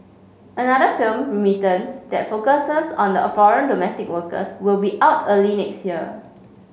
another film Remittance that focuses on a foreign domestic workers will be out early next year